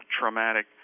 traumatic